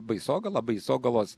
baisogala baisogalos